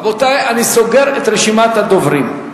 רבותי, אני סוגר את רשימת הדוברים.